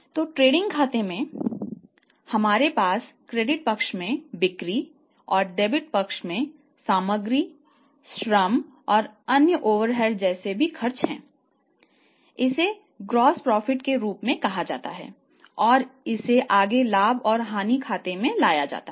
तो ट्रेडिंग खाते में हमारे पास क्रेडिट के रूप में कहा जाता है और इसे आगे लाभ और हानि खाते में लाया जाता है